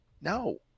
No